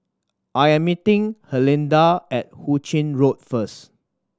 I am meeting Herlinda at Hu Ching Road first